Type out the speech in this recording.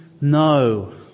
no